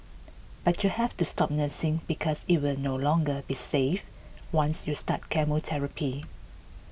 but you have to stop nursing because it will no longer be safe once you start chemotherapy